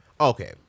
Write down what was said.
okay